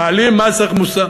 מעלים מס ערך מוסף,